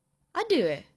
ada eh